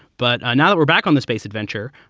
but now that we're back on the space adventure,